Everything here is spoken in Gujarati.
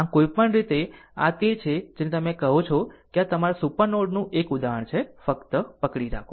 આમ કોઈપણ રીતે આમ આ તે છે જે તમે કહો છો કે જે તમારા સુપર નોડ નું એક ઉદાહરણ છે ફક્ત પકડી રાખો